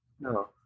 No